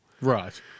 Right